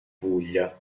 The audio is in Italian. puglia